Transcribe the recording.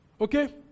Okay